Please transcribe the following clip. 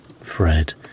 Fred